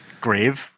grave